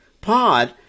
pod